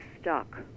stuck